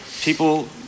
people